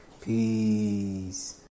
peace